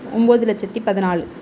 ஒம்பது லட்சத்து பதினாலு